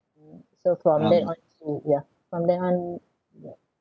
mm so from then on so yeah from then on yeah